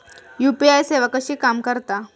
UPI सेवा कशी काम करता?